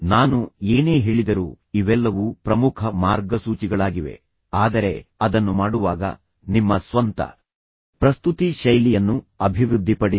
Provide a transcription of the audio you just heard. ನಾನು ಏನೇ ಹೇಳಿದರೂ ಇವೆಲ್ಲವೂ ಪ್ರಮುಖ ಮಾರ್ಗಸೂಚಿಗಳಾಗಿವೆ ಆದರೆ ನೀವು ಅದನ್ನು ಮಾಡುವಾಗ ನಿಮ್ಮ ಸ್ವಂತ ಮನಸ್ಸನ್ನು ಅನ್ವಯಿಸಿ ಸೃಜನಶೀಲತೆಯನ್ನು ಬಳಸಿ ನಿಮ್ಮ ಸ್ವಂತ ಪ್ರಸ್ತುತಿ ಶೈಲಿಯನ್ನು ಅಭಿವೃದ್ಧಿಪಡಿಸಿ